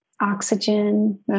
oxygen